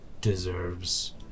deserves